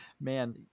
Man